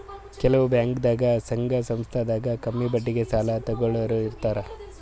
ಕೆಲವ್ ಬ್ಯಾಂಕ್ದಾಗ್ ಸಂಘ ಸಂಸ್ಥಾದಾಗ್ ಕಮ್ಮಿ ಬಡ್ಡಿಗ್ ಸಾಲ ತಗೋಳೋರ್ ಇರ್ತಾರ